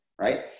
right